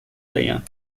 diane